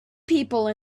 people